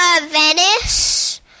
Venice